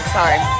sorry